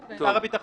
נו, באמת.